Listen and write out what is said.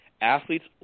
Athletes